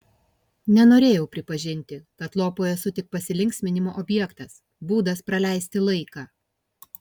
nenorėjau pripažinti kad lopui esu tik pasilinksminimo objektas būdas praleisti laiką